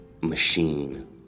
machine